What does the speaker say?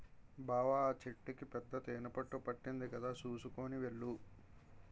బావా ఆ చెట్టుకి పెద్ద తేనెపట్టు పట్టింది కదా చూసుకొని వెళ్ళు